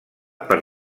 per